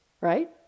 right